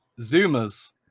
Zoomers